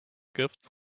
gifts